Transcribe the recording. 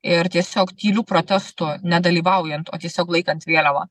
ir tiesiog tyliu protestu nedalyvaujant o tiesiog laikant vėliavą